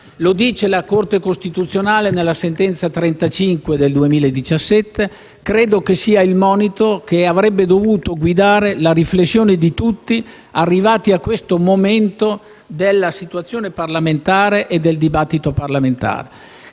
Lo dice la Corte costituzionale nella sentenza n. 35 del 2017 e credo che sia il monito che avrebbe dovuto guidare la riflessione di tutti, arrivati a questo momento della situazione parlamentare e del dibattito parlamentare.